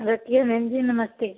रखिए मैम जी नमस्ते